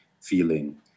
feeling